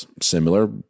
similar